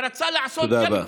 ורצה לעשות -- תודה רבה.